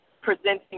presenting